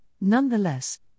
nonetheless